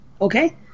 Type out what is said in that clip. okay